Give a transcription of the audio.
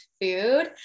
food